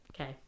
Okay